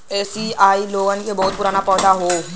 एसिआई लोगन क बहुते पुराना पौधा हौ